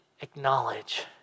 acknowledge